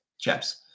chaps